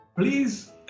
Please